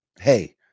Hey